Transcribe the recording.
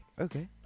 Okay